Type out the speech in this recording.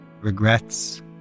regrets